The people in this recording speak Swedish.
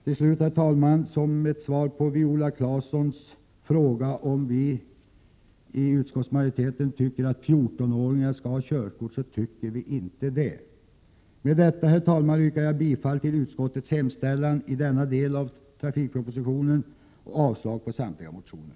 Till slut, herr talman, vill jag svara på Viola Claessons fråga om vi i utskottsmajoriteten tycker att 14-åringar skall ha körkort. Det tycker vi inte. Herr talman! Med detta yrkar jag bifall till utskottets hemställan vad gäller denna del av trafikpropositionen och avslag på samtliga reservationer.